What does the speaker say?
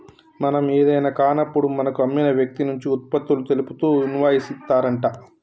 మనం ఏదైనా కాన్నప్పుడు మనకు అమ్మిన వ్యక్తి నుంచి ఉత్పత్తులు తెలుపుతూ ఇన్వాయిస్ ఇత్తారంట